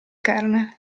kernel